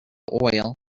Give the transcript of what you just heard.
oil